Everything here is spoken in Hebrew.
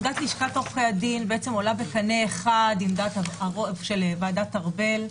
עמדת לשכת עורכי הדין עולה בקנה אחד עם דעת הרוב של ועדת ארבל.